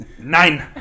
Nein